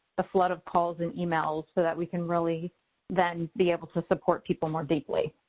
ah flood of calls and emails so that we can really then be able to support people more deeply.